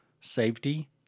safety